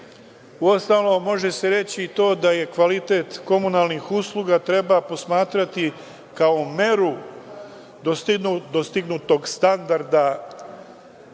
može se reći i to da kvalitet komunalnih usluga treba posmatrati kao meru dostignutog standarda